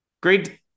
Great